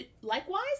likewise